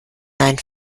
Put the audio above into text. nein